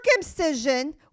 circumcision